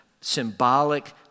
symbolic